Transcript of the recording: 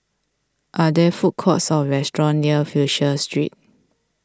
are there food courts or restaurants near Fisher Street